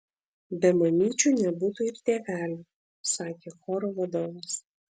be mamyčių nebūtų ir tėvelių sakė choro vadovas